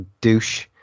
douche